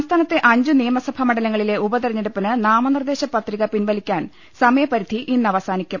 സംസ്ഥാനത്തെ അഞ്ചു നിയമസഭാ മണ്ഡലങ്ങളിലെ ഉപതെരഞ്ഞെടുപ്പിന് നാമനിർദ്ദേശ പത്രിക പിൻവലിക്കാൻ സമയപരിധി ഇന്ന് അവസാനിക്കും